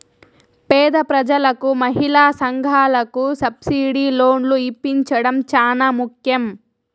పేద ప్రజలకు మహిళా సంఘాలకు సబ్సిడీ లోన్లు ఇప్పించడం చానా ముఖ్యం